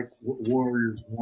Warriors